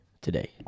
today